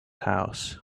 house